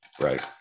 right